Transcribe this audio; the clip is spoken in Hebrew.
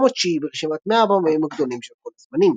התשיעי ברשימת 100 הבמאים הגדולים של כל הזמנים.